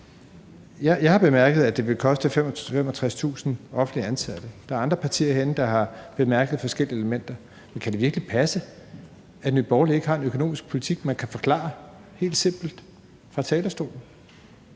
Jeg har bemærket, at det vil koste 65.000 offentligt ansatte. Der er andre partier herinde, der har bemærket forskellige elementer. Kan det virkelig passe, at Nye Borgerlige ikke har en økonomisk politik, man kan forklare helt simpelt fra talerstolen?